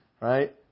right